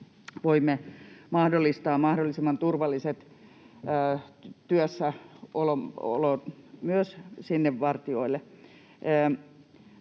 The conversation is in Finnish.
voimme mahdollistaa mahdollisimman turvallisen työssäolon myös sinne vartijoille.